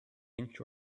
inch